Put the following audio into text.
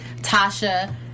Tasha